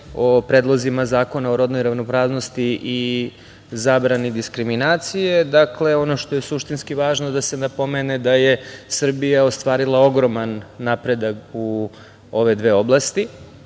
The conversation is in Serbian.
o predlozima zakona o rodnoj ravnopravnosti i zabrani diskriminacije. Ono što je suštinski važno da se napomene da je Srbija ostvarila ogroman napredak u ove dve oblasti